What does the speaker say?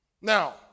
Now